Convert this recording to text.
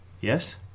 yes